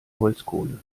holzkohle